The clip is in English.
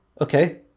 Okay